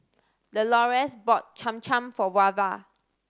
Delores bought Cham Cham for Wava